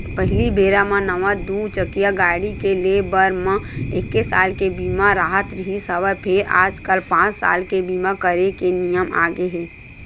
पहिली बेरा म नवा दू चकिया गाड़ी के ले बर म एके साल के बीमा राहत रिहिस हवय फेर आजकल पाँच साल के बीमा करे के नियम आगे हे